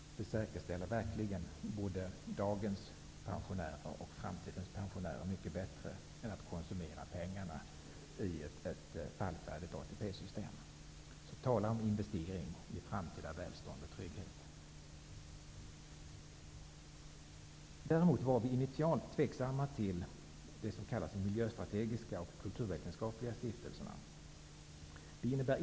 På det viset säkerställs verkligen medel för både dagens och framtidens pensionärer. Det är mycket bättre än att konsumera pengarna i ett fallfärdigt ATP-system -- tala om investering i framtida välstånd och trygghet! Däremot var vi initialt tveksamma till vad som kallas miljöstrategiska och kulturvetenskapliga stiftelser.